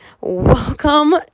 welcome